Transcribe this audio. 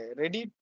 ready